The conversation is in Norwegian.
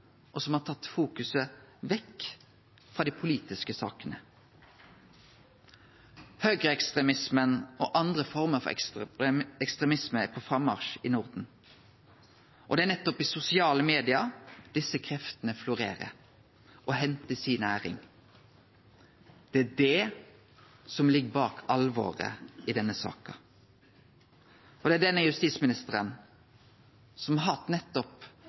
og som har tatt fokuset vekk frå dei politiske sakene. Høgreekstremismen og andre former for ekstremisme er på frammarsj i Norden, og det er nettopp i sosiale medium desse kreftene florerer og hentar si næring. Det er det som ligg bak alvoret i denne saka. Og det er denne justisministeren som har hatt nettopp